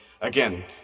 again